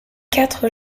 quatre